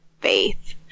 faith